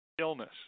illness